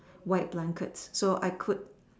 white blankets so I could